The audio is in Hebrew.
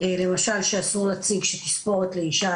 היא תיכנס לתוקף ביוני השנה,